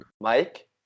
Mike